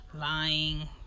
lying